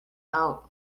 out